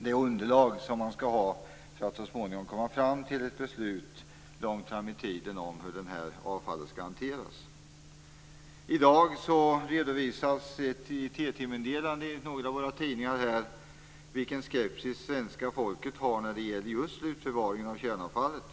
det underlag som man skall ha för att så småningom komma till ett beslut, långt fram i tiden, om hur avfallet skall hanteras. I dag redovisas i ett TT-meddelande i några av våra tidningar vilken skepsis svenska folket känner när det gäller just slutförvaringen av kärnavfallet.